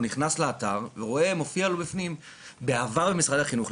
הוא נכנס לאתר ורואה מופיע לו בפנים - באהבה ממשרד החינוך.